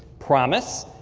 promis,